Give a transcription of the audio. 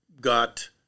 got